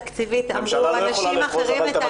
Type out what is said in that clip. תקציבית אמרו אנשים אחרים --- הממשלה